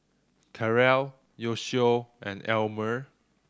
Karel Yoshio and Elmire